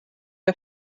der